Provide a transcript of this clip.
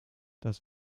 das